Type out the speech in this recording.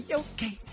okay